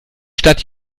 stadt